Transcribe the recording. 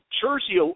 Jersey